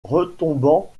retombant